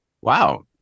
Wow